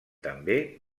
també